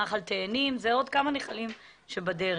נחל תאנים ועוד כמה נחלים שבדרך.